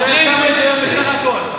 הוא שואל כמה יש בסך הכול.